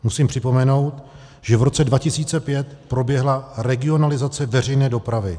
Musím připomenout, že v roce 2005 proběhla regionalizace veřejné dopravy.